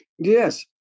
Yes